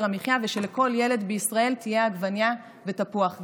המחיה ושלכל ילד בישראל יהיו עגבנייה ותפוח.